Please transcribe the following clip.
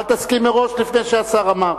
אל תסכים מראש לפני שהשר אמר.